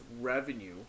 revenue